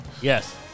Yes